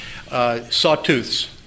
Sawtooths